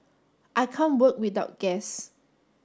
I can't work without gas